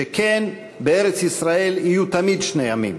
שכן בארץ-ישראל יהיו תמיד שני עמים.